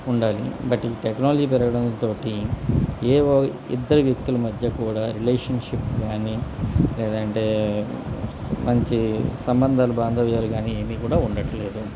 ఉండాలి బట్ ఈ టెక్నాలజీ పెరగడంతోటి ఏవో ఇద్దరు వ్యక్తుల మధ్య కూడా రిలేషన్షిప్ కానీ లేదంటే మంచి సంబంధాలు బాంధవ్యాలు కానీ ఏమి కూడా ఉండట్లేదు